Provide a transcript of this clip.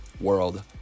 world